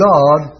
God